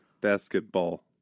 Basketball